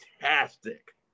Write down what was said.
fantastic